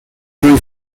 three